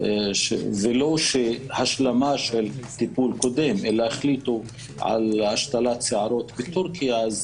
וזה לא השלמה של טיפול קודם אלא הם החליטו על השתלת שיער בטורקיה.